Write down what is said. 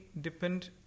depend